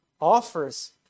offers